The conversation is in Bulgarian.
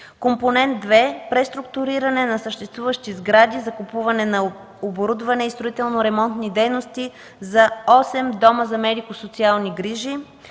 Компонент две – преструктуриране на съществуващи сгради за купуване на оборудване и строително-ремонтни дейности за осем дома за медико-социални грижи.